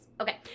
Okay